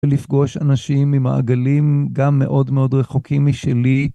ולפגוש אנשים ממעגלים גם מאוד מאוד רחוקים משלי.